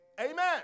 Amen